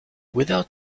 without